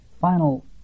final